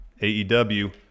AEW